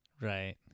Right